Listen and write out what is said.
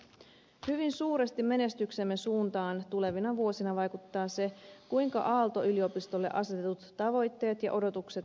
hyvin suuresti menestyksemme suuntaan tulevina vuosina vaikuttaa se kuinka aalto yliopistolle asetetut tavoitteet ja odotukset toteutuvat